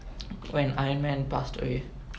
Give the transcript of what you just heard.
when iron man passed away